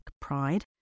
pride